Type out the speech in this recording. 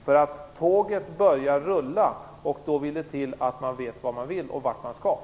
När tåget börjar rulla vill det till att man vet vad man vill och vart man skall.